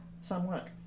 Somewhat